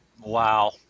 Wow